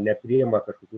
nepriima kažkokių